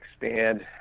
expand